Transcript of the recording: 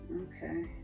okay